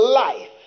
life